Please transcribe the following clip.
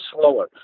slower